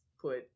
put